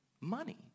money